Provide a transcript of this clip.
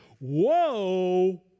whoa